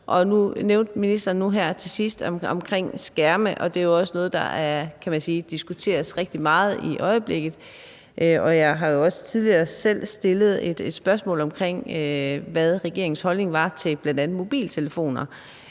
ministeren her til sidst noget omkring skærme, og det er jo også noget, der, kan man sige, diskuteres rigtig meget i øjeblikket. Jeg har også selv tidligere stillet et spørgsmål omkring, hvad regeringens holdning var til bl.a. mobiltelefoner.